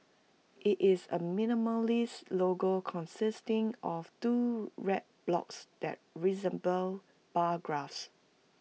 IT is A minimalist logo consisting of two red blocks that resemble bar graphs